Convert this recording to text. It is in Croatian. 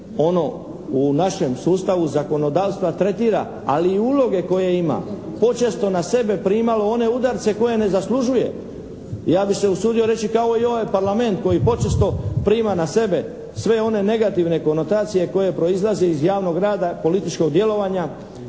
ono u našem sustavu zakonodavstva tretira, ali i uloge koje ima, počesto na sebe primalo one udarce koje ne zaslužuje. Ja bi se usudio reći kao i ovaj Parlament koji počesto prima na sebe sve one negativne konotacije koje proizlaze iz javnog rada političkog djelovanja,